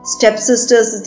Stepsisters